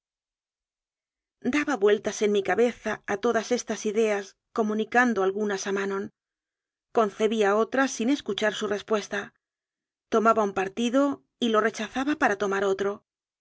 daba vueltas en mi cabeza a todas estas ideas comunicando algunas a manon concebía otras sin escuchar su respuesta tomaba un partido y lo re chazaba para tomar otro